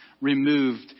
removed